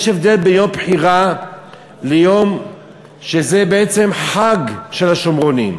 יש הבדל בין יום בחירה ליום שזה בעצם חג של השומרונים.